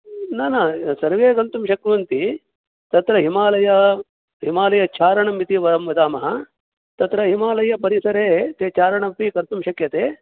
न न सर्वे गन्तुं शक्नुवन्ति तत्र हिमालयः हिमालयचारणं इति वयं वदामः तत्र हिमालयपरिसरे ते चारणमपि कर्तुं शक्यते